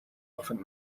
often